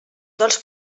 dels